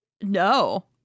No